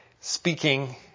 speaking